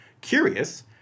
curious